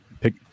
pick